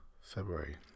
February